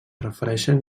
refereixen